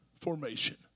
formation